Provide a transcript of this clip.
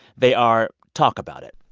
they are, talk about it.